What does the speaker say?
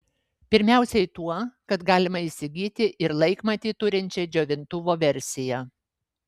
pirmiausiai tuo kad galima įsigyti ir laikmatį turinčią džiovintuvo versiją